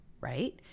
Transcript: right